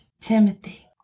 Timothy